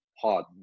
hard